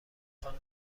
خوام